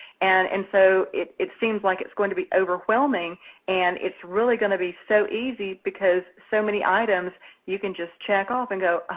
and and so it it seems like it's going to be overwhelming and it's really going to be so easy because so many items you can just check off and go, oh,